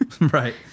Right